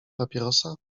papierosa